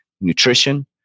nutrition